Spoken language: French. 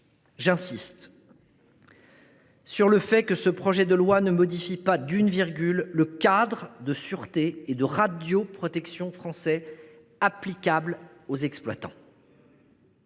insiste, ce projet de loi ne modifie pas d’une virgule le cadre de sûreté et de radioprotection français applicable aux exploitants.